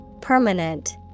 permanent